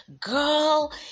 girl